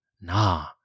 Nah